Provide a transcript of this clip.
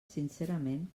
sincerament